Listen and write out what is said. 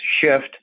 shift